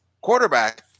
quarterback